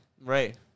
Right